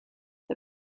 the